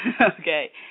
okay